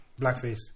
blackface